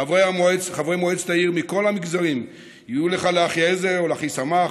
חברי מועצת העיר מכל המגזרים יהיו לך לאחיעזר ולאחיסמך,